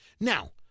Now